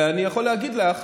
ואני יכול להגיד לך,